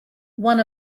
one